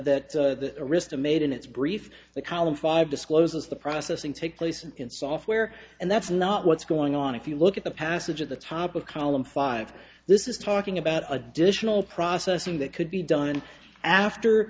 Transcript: that the arista made in its brief the column five discloses the processing take place in software and that's not what's going on if you look at the passage at the top of column five this is talking about additional processing that could be done after